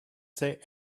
say